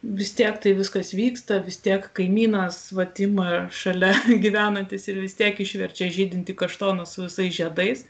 vis tiek tai viskas vyksta vis tiek kaimynas vat ima šalia gyvenantis ir vis tiek išverčia žydintį kaštoną su visais žiedais